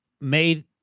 made